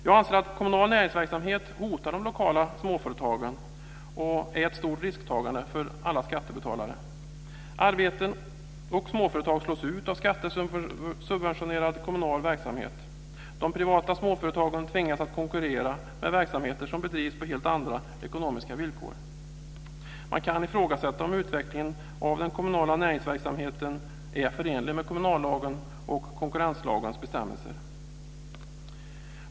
Jag anser att kommunal näringsverksamhet hotar de lokala småföretagen och är ett stort risktagande för alla skattebetalare. Arbeten och småföretag slås ut av skattesubventionerad kommunal verksamhet. De privata småföretagen tvingas att konkurrera med verksamheter som bedrivs på helt andra ekonomiska villkor. Man kan ifrågasätta om utvecklingen av den kommunala näringsverksamheten är förenlig med kommunallagen och konkurrenslagens bestämmelser.